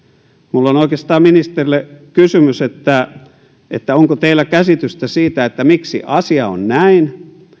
minulla on oikeastaan ministerille kysymys onko teillä käsitystä siitä miksi asia on näin